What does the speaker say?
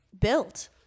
built